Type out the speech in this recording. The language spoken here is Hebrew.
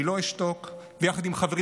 אני לא אשתוק, ביחד עם חברים.